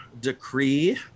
decree